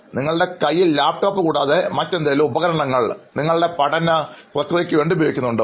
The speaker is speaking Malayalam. നിങ്ങളുടെ കയ്യിൽ ലാപ്ടോപ്പ് കൂടാതെ മറ്റെന്തെങ്കിലും ഉപകരണങ്ങൾ നിങ്ങൾ പഠന പ്രക്രിയയായി ഉപയോഗിക്കുന്നുണ്ടോ